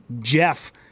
Jeff